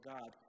God